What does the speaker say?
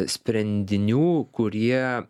sprendinių kurie